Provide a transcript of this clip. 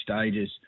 stages